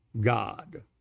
God